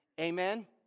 Amen